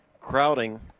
crowding